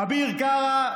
אביר קארה,